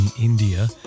India